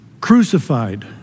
crucified